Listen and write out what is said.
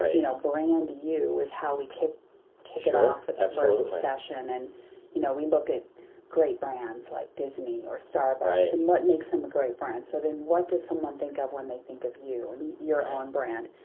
you know brand you is how we kick kick it off with the first session. and you know we look at great brands like disney or starbucks and what makes him a great brand. so then what does someone think of when they think of you and your own brand?